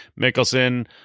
Mickelson